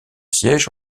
siège